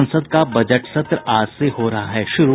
संसद का बजट सत्र आज से हो रहा है शुरू